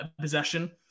possession